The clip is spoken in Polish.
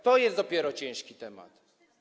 To jest dopiero ciężki temat.